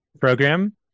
program